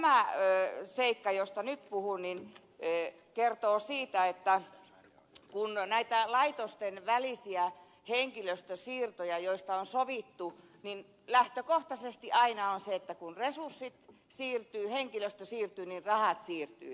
tämä seikka josta nyt puhun kertoo siitä että kun näitä laitosten välisiä henkilöstösiirtoja tehdään joista on sovittu niin lähtökohtaisesti aina on niin että kun resurssit siirtyvät henkilöstö siirtyy niin rahat siirtyvät